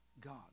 God